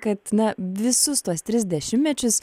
kad na visus tuos tris dešimtmečius